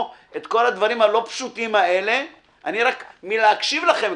את כל הדברים הלא פשוטים האלה אני אפילו מלהקשיב לכם,